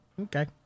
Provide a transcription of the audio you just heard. Okay